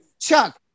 chuck